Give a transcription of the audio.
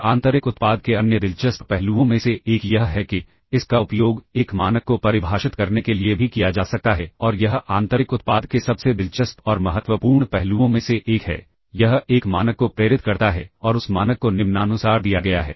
और आंतरिक उत्पाद के अन्य दिलचस्प पहलुओं में से एक यह है कि इसका उपयोग एक मानक को परिभाषित करने के लिए भी किया जा सकता है और यह आंतरिक उत्पाद के सबसे दिलचस्प और महत्वपूर्ण पहलुओं में से एक है यह एक मानक को प्रेरित करता है और उस मानक को निम्नानुसार दिया गया है